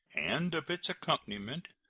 and of its accompaniment,